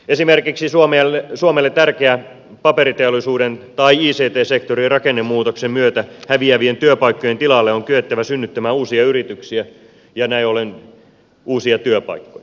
esimerkiksi suomelle tärkeän paperiteollisuuden tai ict sektorin rakennemuutoksen myötä häviävien työpaikkojen tilalle on kyettävä synnyttämään uusia yrityksiä ja näin ollen uusia työpaikkoja